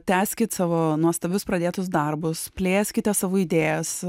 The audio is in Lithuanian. tęskit savo nuostabius pradėtus darbus plėskite savo idėjas